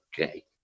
okay